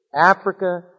Africa